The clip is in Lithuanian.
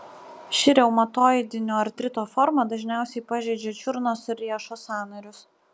ši reumatoidinio artrito forma dažniausiai pažeidžia čiurnos ir riešo sąnarius